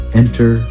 enter